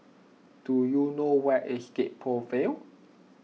do you know where is Gek Poh Ville